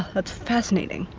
ah that's fascinating.